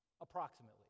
approximately